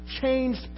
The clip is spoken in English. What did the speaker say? Changed